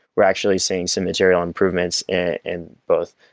we're actually seeing some material improvements in both,